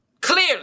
Clearly